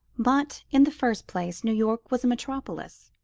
but, in the first place, new york was a metropolis,